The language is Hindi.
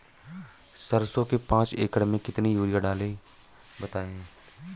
सरसो के पाँच एकड़ में कितनी यूरिया डालें बताएं?